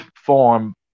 form